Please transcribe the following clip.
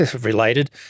related